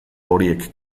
horiek